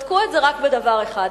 בדקו את זה רק בדבר אחד,